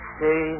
say